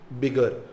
bigger